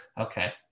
Okay